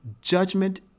Judgment